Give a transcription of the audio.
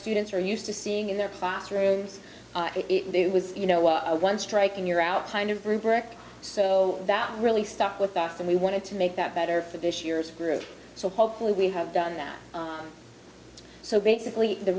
students are used to seeing in their classrooms it was you know one strike and you're out kind of rubric so that really stuck with us and we wanted to make that better for this year's group so hopefully we have done that so basically the